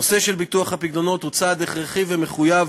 נושא ביטוח הפיקדונות הוא צעד הכרחי ומחויב,